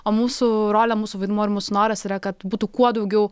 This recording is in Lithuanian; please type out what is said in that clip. o mūsų rolė mūsų vaidmuo ir mūsų noras yra kad būtų kuo daugiau